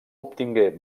obtingué